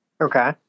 Okay